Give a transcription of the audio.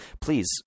please